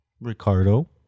Ricardo